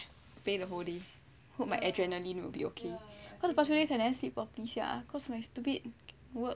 play the whole day hope my adrenaline will be okay cause the past few days I never sleep properly sia cause my stupid work